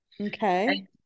okay